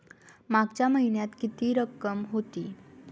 मागच्या महिन्यात किती रक्कम होती?